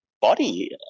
body